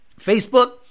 Facebook